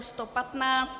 115.